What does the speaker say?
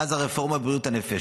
מאז הרפורמה בבריאות הנפש,